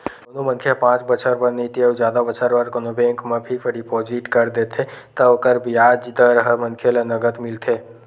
कोनो मनखे ह पाँच बछर बर नइते अउ जादा बछर बर कोनो बेंक म फिक्स डिपोजिट कर देथे त ओकर बियाज दर ह मनखे ल नँगत मिलथे